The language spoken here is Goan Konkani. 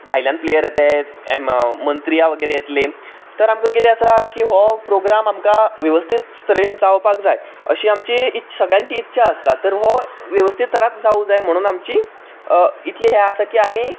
भायल्यान प्लेयर येताय मंत्रीया वगेरे येतले तर आमकां कितें आसा की हो प्रोग्राम आमकां वेवस्थीत तरेन जावपाक जाय अशी आमची सगळ्यांची इत्सा आसता तर हो वेवस्थीत तरान जावंक जाय म्हणून आमची इतली हें आसा की आमी